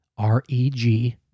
R-E-G